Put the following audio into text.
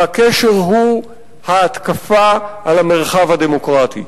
והקשר הוא ההתקפה על המרחב הדמוקרטי.